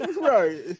right